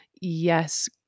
yes